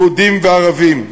יהודים וערבים,